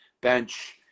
bench